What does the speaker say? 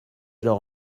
leur